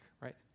right